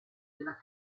della